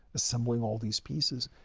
assembling all these pieces.